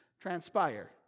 transpire